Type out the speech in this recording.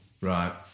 Right